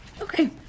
Okay